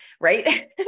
right